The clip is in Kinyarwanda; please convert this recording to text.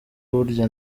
burya